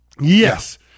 Yes